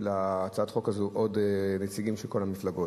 להצעת החוק הזאת עוד נציגים של כל המפלגות.